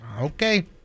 Okay